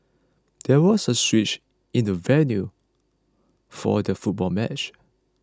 there was a switch in the venue for the football match